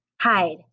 Hide